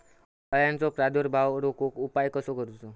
अळ्यांचो प्रादुर्भाव रोखुक उपाय कसो करूचो?